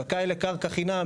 זכאי לקרקע חינם,